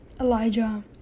Elijah